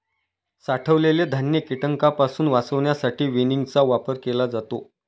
साठवलेले धान्य कीटकांपासून वाचवण्यासाठी विनिंगचा वापर केला जातो